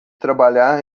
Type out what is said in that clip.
trabalhar